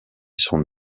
son